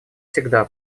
всегда